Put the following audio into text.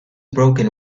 broken